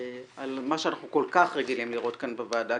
מה שאנחנו כל כך רגילים לראות כאן בוועדה,